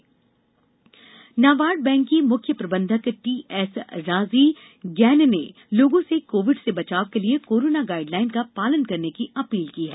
जन आंदोलन NABARD bank की मुख्य महाप्रबंधक टीएस राजी गैंग ने लोगों से कोविड से बचाव के लिये कोरोना गाइड लाइन का पालन करने की अपील की है